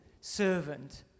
servant